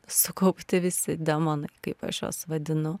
sukaupti visi demonai kaip aš juos vadinu